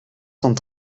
cent